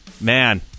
man